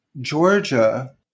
Georgia